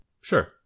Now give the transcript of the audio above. Sure